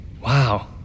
Wow